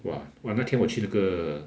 !wah! !wah! 那天我去那个